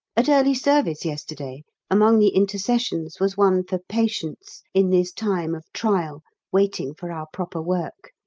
at early service yesterday among the intercessions was one for patience in this time of trial waiting for our proper work.